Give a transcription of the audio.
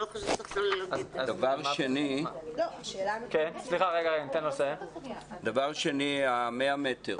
בסך הכול 20. לגבי ה-100 מטרים.